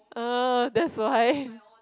uh that's why